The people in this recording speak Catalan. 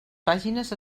pàgines